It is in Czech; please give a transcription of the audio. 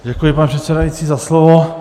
Děkuji, pane předsedající, za slovo.